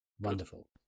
Wonderful